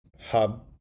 hub